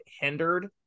hindered